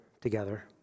together